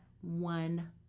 one